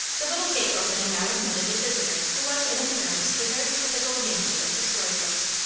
the little gate opening now admitted a visitor who was in appearance the very typical yankee of the story books.